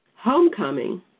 homecoming